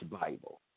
Bible